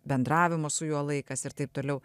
bendravimo su juo laikas ir taip toliau